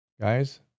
Guys